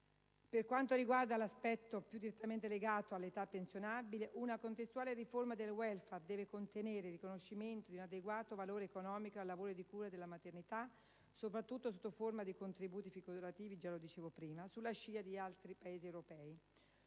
Per quanto riguarda l'aspetto più direttamente legato all'età pensionabile, una contestuale riforma del *welfare* deve contenere il riconoscimento di un adeguato valore economico al lavoro di cura e alla maternità, soprattutto sotto forma di contributi figurativi, come ho già detto, sulla scia di altri Paesi europei.